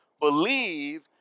believe